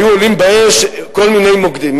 היו עולים באש כל מיני מוקדים,